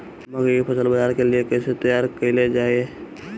मकई के फसल बाजार के लिए कइसे तैयार कईले जाए?